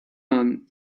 man